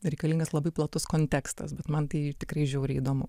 reikalingas labai platus kontekstas bet man tai tikrai žiauriai įdomu